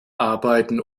arbeiten